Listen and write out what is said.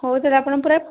ହଉ ତାହେଲେ ଆପଣଙ୍କର